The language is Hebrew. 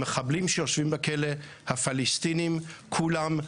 המחבלים שיושבים בכלא, הפלסטינים כולם,